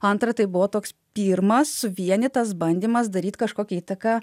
antra tai buvo toks pirmas suvienytas bandymas daryt kažkokią įtaką